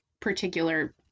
particular